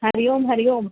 हरिओम हरिओम